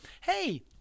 Hey